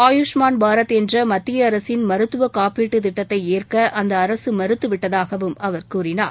ஆயுஷ்மான் பாரத் என்ற மத்திய அரசின் மருத்துவக்காப்பீட்டு திட்டத்தை ஏற்க அந்த அரசு மறுத்துவிட்டதாகவும் அவர் கூறினார்